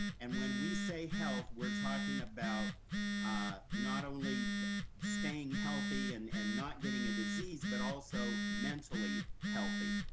and when we say health, we're talking about not only staying healthy and and not getting a disease but also mentally healthy.